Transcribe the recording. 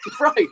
Right